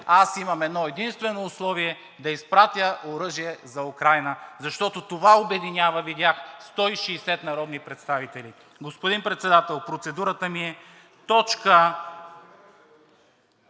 аз имам едно единствено условие да изпратя оръжие за Украйна! Защото това обединява, видях, 160 народни представители. Господин Председател, процедурата ми е точка